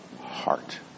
heart